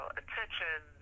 attention